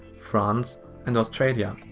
france and australia.